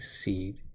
seed